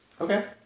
Okay